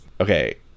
Okay